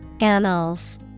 Annals